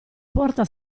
porta